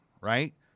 right